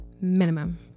minimum